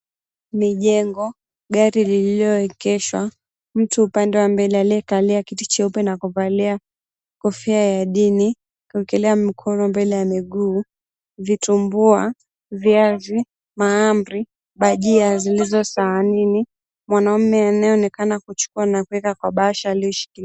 Mijengo, gari lililoegeshwa, mtu upande wa mbele aliyekalia kiti cheupe na kuvalia kofia ya dini, kuekelea mikono mbele ya miguu, vitumbua, viazi, mahamri, bajia zilizo sahanini, mwanaume anayeonekana kuchukua na kuweka kwa bahasha aliyeishikilia.